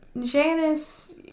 Janice